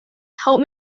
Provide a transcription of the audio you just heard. help